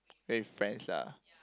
make friends lah